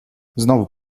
znowu